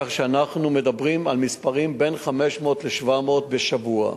כך שאנחנו מדברים על מספרים של בין 500 ל-700 בשבוע.